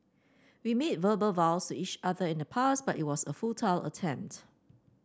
we made verbal vows each other in the past but it was a futile attempt